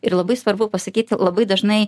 ir labai svarbu pasakyti labai dažnai